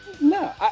No